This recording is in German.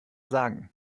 sagen